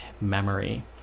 memory